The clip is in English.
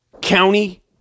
County